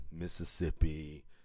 Mississippi